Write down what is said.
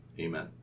Amen